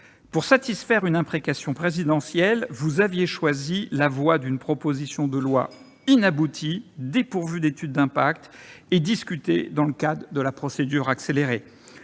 monsieur le secrétaire d'État, vous aviez choisi la voie d'une proposition de loi inaboutie, dépourvue d'étude d'impact, et discutée dans le cadre de la procédure accélérée.